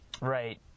right